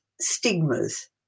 stigmas